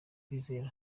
icyo